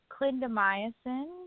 clindamycin